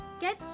Get